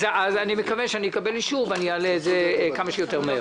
אני מקווה שאקבל אישור ואעלה את זה לדיון כמה שיותר מהר.